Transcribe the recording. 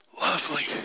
Lovely